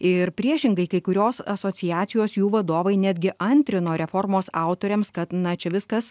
ir priešingai kai kurios asociacijos jų vadovai netgi antrino reformos autoriams kad na čia viskas